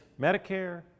Medicare